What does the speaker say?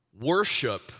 worship